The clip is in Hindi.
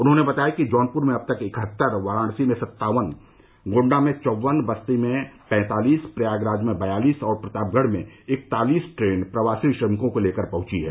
उन्होंने बताया कि जौनपुर में अब तक इकहत्तर वाराणसी में सत्तावन गोण्डा में चौवन बस्ती में पैंतालीस प्रयागराज में बयालीस और प्रतापगढ़ में इकतालीस ट्रेन प्रवासी श्रमिकों को लेकर पहुंची हैं